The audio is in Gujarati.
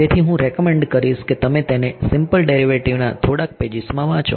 તેથી હું રેકમંડ કરીશ કે તમે તેને સિમ્પલ ડેરીવેટીવ ના થોડાક પેજીસમાં વાંચો